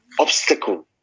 obstacle